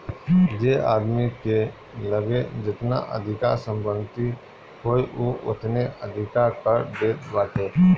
जे आदमी के लगे जेतना अधिका संपत्ति होई उ ओतने अधिका कर देत बाटे